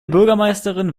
bürgermeisterin